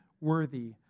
worthy